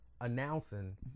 announcing